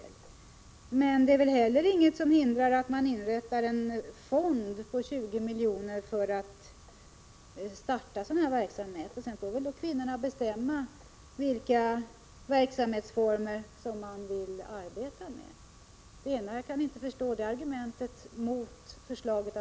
Jag kan inte förstå det argumentet mot förslaget att inrätta en fond på 20 milj.kr. som starthjälp för kvinnohus. Sedan får väl kvinnorna själva bestämma vilka verksamhetsformer som de vill arbeta med.